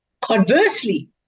Conversely